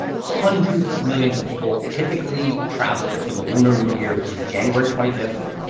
hundreds of millions of people typically travel for the lunar new year, which is january twenty fifth. and